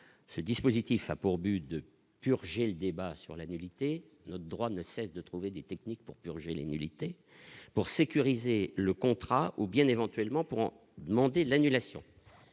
ce dispositif a pour but de purger le débat sur la nullité notre droit ne cesse de trouver des techniques pour purger les nullités pour sécuriser le contrat ou bien éventuellement, pour demander l'annulation,